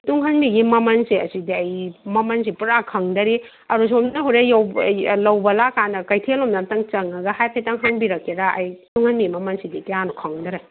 ꯇꯨꯡꯍꯟꯕꯤꯒꯤ ꯃꯃꯜꯁꯦ ꯑꯁꯤꯗꯤ ꯑꯩ ꯃꯃꯜꯁꯤ ꯄꯨꯔꯥ ꯈꯪꯗꯔꯤ ꯑꯗꯣ ꯁꯣꯝꯁꯤꯅ ꯍꯣꯔꯦꯟ ꯂꯧꯕ ꯂꯥꯛ ꯀꯥꯟꯗ ꯀꯩꯊꯦꯜꯂꯣꯝꯗ ꯑꯃꯨꯛꯇꯪ ꯆꯪꯉꯒ ꯍꯥꯏꯐꯦꯠꯇꯪ ꯍꯪꯕꯤꯔꯛꯀꯦꯔꯥ ꯑꯩ ꯇꯨꯡꯍꯟꯕꯤ ꯃꯃꯜꯁꯤꯗꯤ ꯀꯌꯥꯅꯣ ꯈꯪꯗꯔꯦ